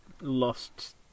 lost